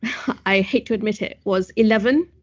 i hate to admit, was eleven,